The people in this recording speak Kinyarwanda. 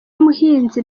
muhinzi